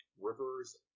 Rivers